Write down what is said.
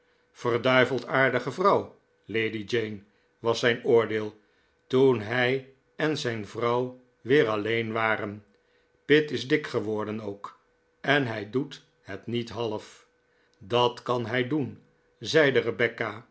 verduiveld aardige vrouw lady jane was zijn oordeel toen hij en zijn vrouw weer alleen waren pitt is dik geworden ook en hij doet het niet half dat kan hij doen zeide rebecca